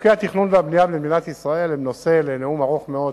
חוקי התכנון והבנייה במדינת ישראל הם נושא לנאום ארוך מאוד,